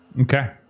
Okay